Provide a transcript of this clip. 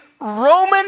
Roman